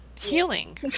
healing